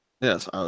Yes